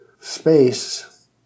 space